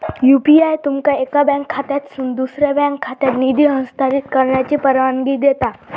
UPI तुमका एका bank खात्यातसून दुसऱ्यो बँक खात्यात निधी हस्तांतरित करण्याची परवानगी देता